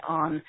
on